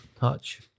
touch